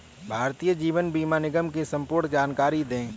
भारतीय जीवन बीमा निगम की संपूर्ण जानकारी दें?